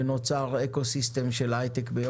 ששם נוצר אקוסיסטם של הייטק.